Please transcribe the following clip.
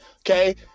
okay